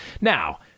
Now